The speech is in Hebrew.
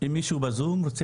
מישהו בזום רוצה